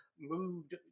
moved